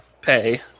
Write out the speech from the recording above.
pay